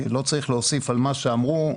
לא צריך להוסיף על מה שאמרו,